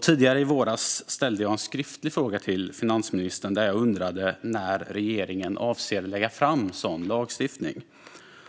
Tidigare i våras ställde jag en skriftlig fråga till finansministern där jag undrade när regeringen avser att lägga fram sådan lagstiftning.